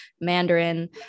Mandarin